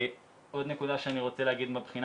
עוד נקודה שאני רוצה להגיד מהבחינה